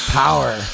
power